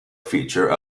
feature